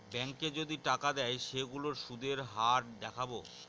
ব্যাঙ্কে যদি টাকা দেয় সেইগুলোর সুধের হার দেখাবো